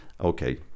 okay